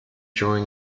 during